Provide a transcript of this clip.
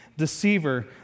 Deceiver